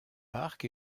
parc